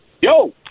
Yo